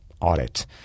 audit